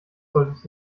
solltest